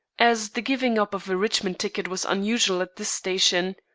as the giving up of a richmond ticket was unusual at this station.